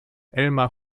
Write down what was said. elmar